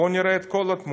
בואו נראה את כל התמונה,